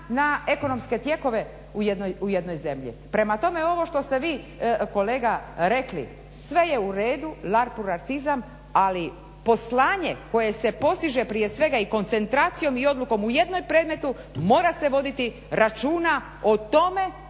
na ekonomske tijekove u jednoj zemlji. Prema tome ovo što ste vi kolega rekli sve je uredu, larpuratizam ali poslanje koje se postiže prije svega i koncentracijom i odlukom u jednom predmetu mora se voditi računa o tome,